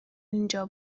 اینجا